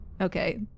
Okay